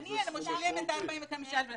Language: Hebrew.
מעניין אם הוא שילם את ה-45,000 שקלים.